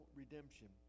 redemption